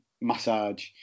massage